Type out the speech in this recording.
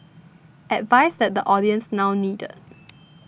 advice that the audience now needed